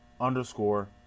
underscore